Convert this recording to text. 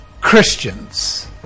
Christians